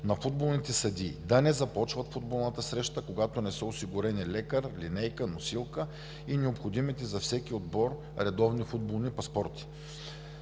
на футболните съдии да не започват футболната среща, когато не са осигурени лекар, линейка, носилка и необходимите за всеки отбор редовни футболни паспорти.